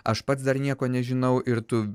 aš pats dar nieko nežinau ir tu